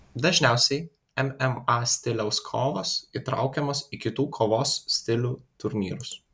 dažniausiai mma stiliaus kovos įtraukiamos į kitų kovos stilių turnyrus